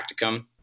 practicum